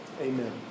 amen